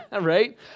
Right